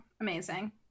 amazing